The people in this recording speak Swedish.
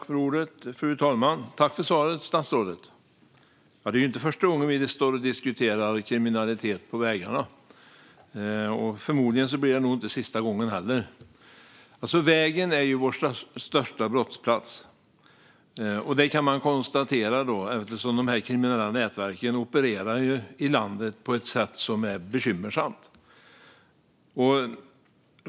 Fru talman! Jag tackar statsrådet för svaret. Det är inte första gången vi diskuterar kriminaliteten på vägarna. Förmodligen blir detta inte heller den sista. Vägen är vår största brottsplats, och vi kan konstatera att dessa kriminella nätverk opererar i landet på ett sätt som är bekymmersamt.